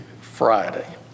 friday